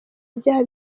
ibyaha